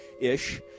ish